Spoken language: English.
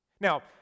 Now